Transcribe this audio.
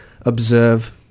observe